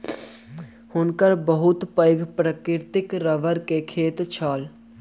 हुनकर बहुत पैघ प्राकृतिक रबड़ के खेत छैन